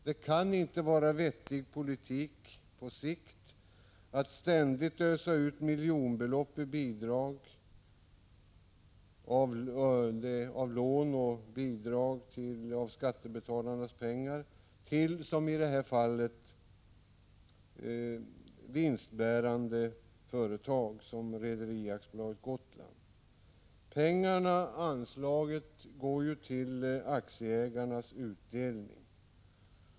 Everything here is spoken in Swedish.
Det kan inte vara vettig politik på sikt att ständigt ösa ut miljonbelopp i bidrag och lån av skattebetalarnas pengar till ett rederi som är vinstbärande, i detta fall Rederi AB Gotland. Pengarna/anslaget går till aktieägarnas utdelning.